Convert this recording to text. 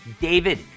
David